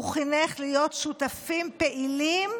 הוא חינך להיות שותפים פעילים